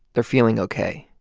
they're feeling ok.